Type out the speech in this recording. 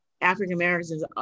African-Americans